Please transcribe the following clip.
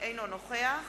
אינו נוכח